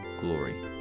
glory